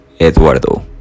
Eduardo